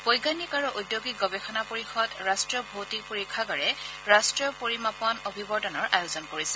বৈজ্ঞানিক আৰু ঔদ্যোগিক গৱেষণা পৰিষদ ৰাষ্ট্ৰীয় ভৌতিক পৰীক্ষাগাৰে ৰাষ্ট্ৰীয় পৰিমাণ অভিৱৰ্তনৰ আয়োজন কৰিছে